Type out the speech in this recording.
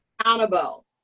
accountable